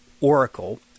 oracle